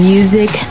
Music